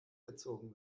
gezogen